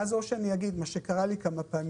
ואז או שאני אגיד מה שקרה לי כמה פעמים